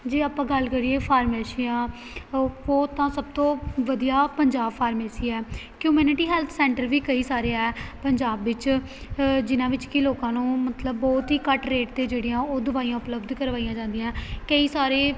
ਜੇ ਆਪਾਂ ਗੱਲ ਕਰੀਏ ਫਾਰਮੇਸੀਆਂ ਉਹ ਉਹ ਤਾਂ ਸਭ ਤੋਂ ਵਧੀਆ ਪੰਜਾਬ ਫਾਰਮੇਸੀ ਹੈ ਕਮਿਊਨਟੀ ਹੈਲਥ ਸੈਂਟਰ ਵੀ ਕਈ ਸਾਰੇ ਹੈ ਪੰਜਾਬ ਵਿੱਚ ਜਿਹਨਾਂ ਵਿੱਚ ਕਿ ਲੋਕਾਂ ਨੂੰ ਮਤਲਬ ਬਹੁਤ ਹੀ ਘੱਟ ਰੇਟ 'ਤੇ ਜਿਹੜੀਆਂ ਉਹ ਦਵਾਈਆਂ ਉਪਲੱਬਧ ਕਰਵਾਈਆਂ ਜਾਂਦੀਆਂ ਕਈ ਸਾਰੇ